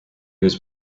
was